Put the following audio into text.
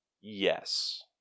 Yes